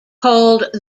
called